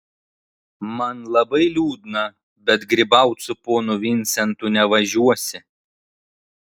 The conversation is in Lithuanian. man labai liūdna bet grybaut su ponu vincentu nevažiuosi